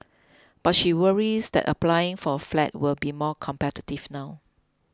but she worries that applying for a flat will be more competitive now